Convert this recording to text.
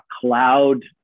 cloud